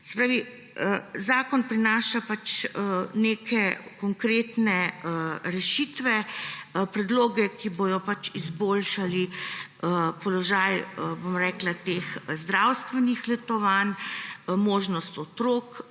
pravi, zakon prinaša neke konkretne rešitve, predloge, ki bodo izboljšali položaj teh zdravstvenih letovanj, možnosti otrok